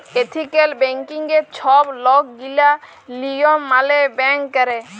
ethical ব্যাংকিংয়ে ছব লকগিলা লিয়ম মালে ব্যাংক ক্যরে